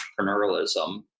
entrepreneurialism